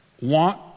want